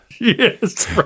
Yes